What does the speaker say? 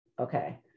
okay